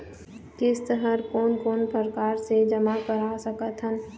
किस्त हर कोन कोन प्रकार से जमा करा सकत हन?